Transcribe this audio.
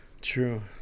True